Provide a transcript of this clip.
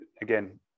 Again